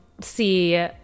see